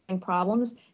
problems